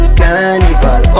carnival